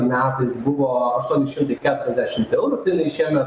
metais buvo aštuoni šimtai keturiasdešimt eurų tai šiemet